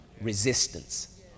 resistance